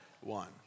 one